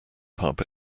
pub